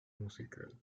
musical